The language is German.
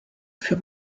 für